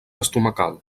estomacal